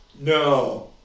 No